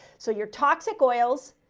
so your toxic oils,